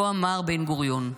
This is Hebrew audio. כה אמר בן גוריון.